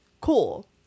cool